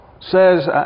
says